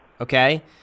okay